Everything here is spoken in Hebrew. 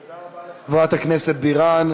תודה רבה לחברת הכנסת בירן.